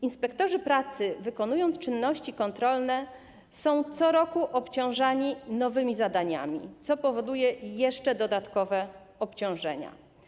Inspektorzy pracy, wykonując czynności kontrolne, są co roku obarczani nowymi zadaniami, co powoduje jeszcze dodatkowe obciążenia.